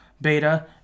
Beta